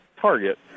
target